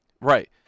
Right